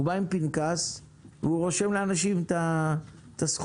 הוא בא עם פנקס ורושם לאנשים את הסכום.